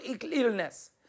illness